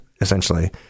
essentially